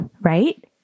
right